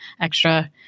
extra